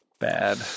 Bad